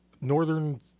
northern